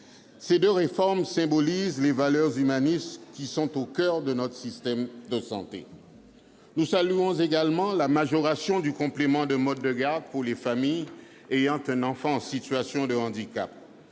Ces deux réformes symbolisent les valeurs humanistes qui sont au coeur de notre système de santé. Nous saluons également la majoration du complément de mode de garde pour les familles ayant un enfant en situation de handicap,